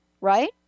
right